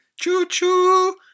choo-choo